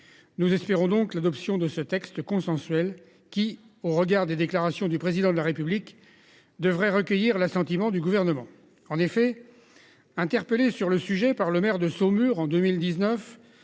Nous espérons donc l'adoption de ce texte consensuel qui au regard des déclarations du président de la République devrait recueillir l'assentiment du gouvernement en effet. Interpellé sur le sujet par le maire de Saumur en 2019